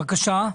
בבקשה.